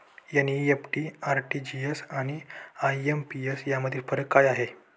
NEFT, RTGS आणि IMPS यामधील फरक काय आहे?